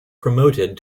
promoted